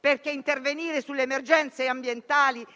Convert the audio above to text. perché intervenire sulle emergenze ambientali